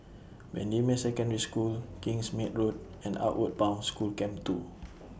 Bendemeer Secondary School Kingsmead Road and Outward Bound School Camp two